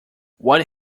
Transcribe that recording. why